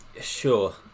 sure